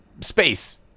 space